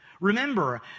Remember